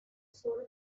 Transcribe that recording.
sur